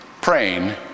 praying